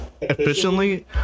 efficiently